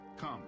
Come